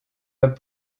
pas